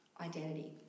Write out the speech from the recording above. identity